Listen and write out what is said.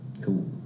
Cool